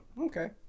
Okay